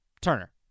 Turner